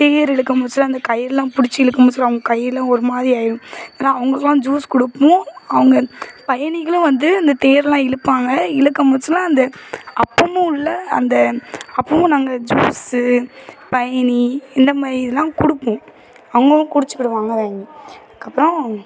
தேர் இழுக்கும் மூச்சு அந்த கயிறெலாம் பிடிச்சி இழுக்கும் போது சொல்ல அவங்க கையிலாம் ஒரு மாதிரி ஆயிடும் ஏன்னா அவங்களுக்கெல்லாம் ஜூஸ் கொடுப்போம் அவங்க பயணிகளும் வந்து அந்த தேர்லாம் இழுப்பாங்க இழுக்கும் மூச்சில் அந்த அப்பவும் உள்ள அந்த அப்பவும் நாங்கள் ஜூஸ் பயினி இந்த மாதிரி இதெல்லாம் கொடுப்போம் அவங்களும் குடிச்சிக்கிடுவாங்க வாங்கி அதுக்கப்புறம்